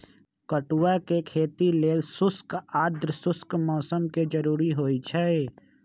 कदुआ के खेती लेल शुष्क आद्रशुष्क मौसम कें जरूरी होइ छै